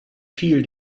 viel